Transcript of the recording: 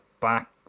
back